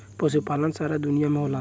पशुपालन सारा दुनिया में होला